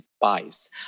buys